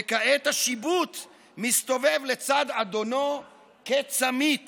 וכעת השיבוט מסתובב לצד אדונו כצמית